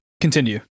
continue